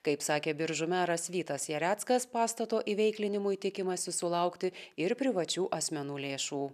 kaip sakė biržų meras vytas jareckas pastato įveiklinimui tikimasi sulaukti ir privačių asmenų lėšų